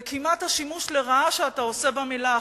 וכמעט, השימוש לרעה שאתה עושה במלה "אחדות"